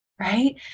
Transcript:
right